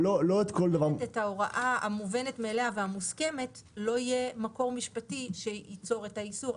את ההוראה המובנת מאליה והמוסכמת לא יהיה מקור משפטי שייצור את האיסור.